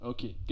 Okay